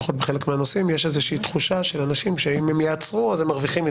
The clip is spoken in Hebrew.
קבוצה מסוימת שלא נבחרת ולא עומדת למבחן,